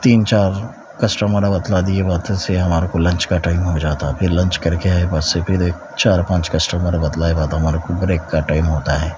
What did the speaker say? تین چار کسٹمر بتلا دیے سے ہمارے کو لنچ کا ٹائم ہو جاتا پھر لنچ کر کے بس سے پھر ایک چار پانچ کسٹمر بتلائے ہمارے کو بریک کا ٹائم ہوتا ہے